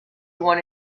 one